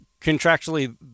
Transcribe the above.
contractually